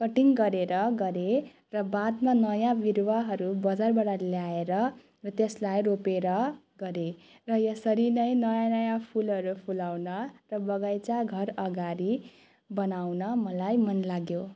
cutting गरेर गरेँ र बादमा नयाँ बिरुवाहरू बजारबाट ल्याएर र त्यसलाई रोपेर गरेँ र यसरी नै नयाँ नयाँ फुलहरू फुलाउन र बगैँचा घर अगाडि बनाउन मलाई मन लाग्यो